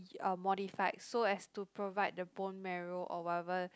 uh modified so as to provide the bone marrow or whatever